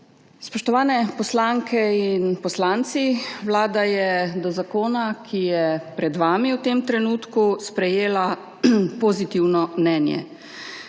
Spoštovane poslanke in poslanci! Vlada je do zakona, ki je pred vami v tem trenutku, sprejela pozitivno mnenje.